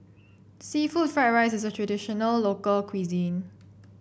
seafood Fried Rice is a traditional local cuisine